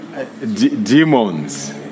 Demons